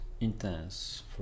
intense